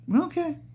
okay